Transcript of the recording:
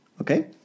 okay